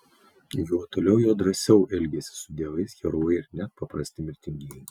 juo toliau juo drąsiau elgiasi su dievais herojai ir net paprasti mirtingieji